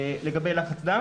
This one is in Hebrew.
לגבי לחץ דם